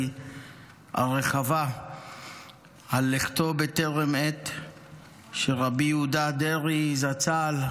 הרחבה על לכתו בטרם עת של רבי יהודה דרעי זצ"ל,